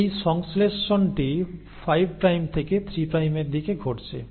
এই সংশ্লেষণটি 5 প্রাইম থেকে 3 প্রাইমের দিকে ঘটছে